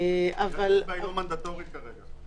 -- טביעות אצבע הן לא מנדטוריות כרגע.